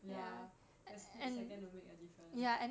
ya a split second won't make a difference